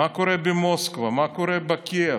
מה קורה במוסקבה, מה קורה בקייב.